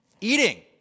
Eating